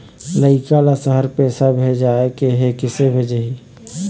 लइका ला शहर पैसा भेजें के हे, किसे भेजाही